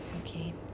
okay